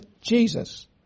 Jesus